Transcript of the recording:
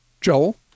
joel